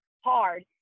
hard